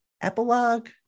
epilogue